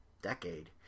decade